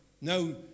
no